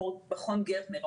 מכון גרטנר,